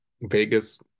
Vegas